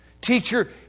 Teacher